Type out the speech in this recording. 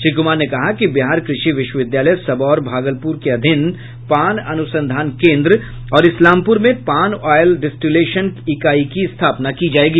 श्री कुमार ने कहा कि बिहार कृषि विश्वविद्यालय सबौर भागलपुर के अधीन पान अनुसंधान केन्द्र और इस्लामपुर में पान ऑयल डिस्टीलेशन इकाई की स्थापना की जायेगी